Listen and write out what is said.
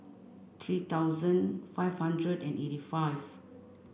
three thousand five hundred and eighty five